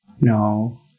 No